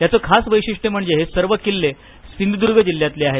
याच खास वैशिट्य म्हणजे हे सर्व किल्ले सिंधूद्र्ग जिल्ह्यतले आहेत